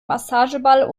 massageball